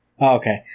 Okay